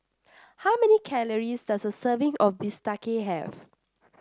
how many calories does a serving of Bistake have